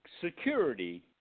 security